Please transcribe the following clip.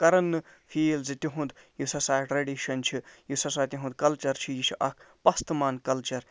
کَرَن نہٕ فیٖل زِ تِہُنٛد یُس ہسا ٹرٛیڈِشَن چھِ یُس ہسا تِہُنٛد کَلچَر چھِ یہِ چھِ اَکھ پستٕمان کَلچَر